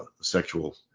sexual